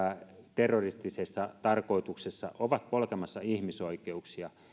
terroristisessa tarkoituksessa ovat polkemassa ihmisoikeuksia